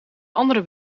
andere